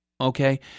Okay